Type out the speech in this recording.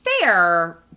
fair